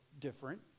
different